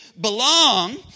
belong